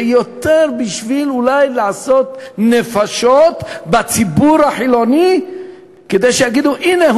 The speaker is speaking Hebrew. זה יותר בשביל אולי לעשות נפשות בציבור החילוני כדי שיגידו: הנה,